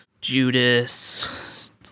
Judas